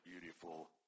beautiful